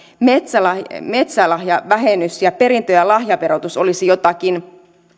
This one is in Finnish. metsälahjavähennys ja perintö ja lahjaverotus olisivat jotakin